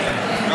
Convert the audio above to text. לא להצביע?